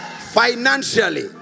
Financially